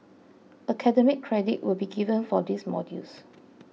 academic credit will be given for these modules